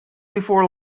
before